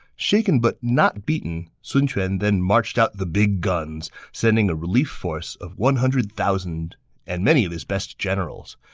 shaken, but not beaten, sun quan then marched out the big guns, sending a relief force of one hundred thousand and many of his best generals.